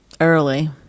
early